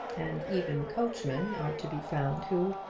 and even coachmen are to be found who,